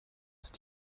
ist